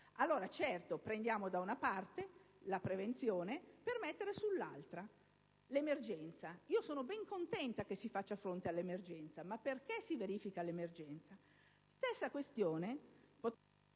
allora da una parte (la prevenzione) per mettere dall'altra (l'emergenza). Sono ben contenta che si faccia fronte all'emergenza, ma perché si verifica l'emergenza? Stessa questione...